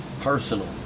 personal